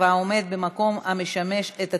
22 בעד, אין מתנגדים, אין נמנעים.